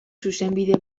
zuzenbide